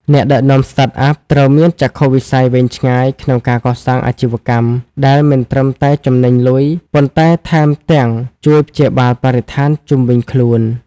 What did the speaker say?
អ្នកដឹកនាំ Startup ត្រូវមានចក្ខុវិស័យវែងឆ្ងាយក្នុងការកសាងអាជីវកម្មដែលមិនត្រឹមតែចំណេញលុយ ប៉ុន្តែថែមទាំងជួយព្យាបាលបរិស្ថានជុំវិញខ្លួន។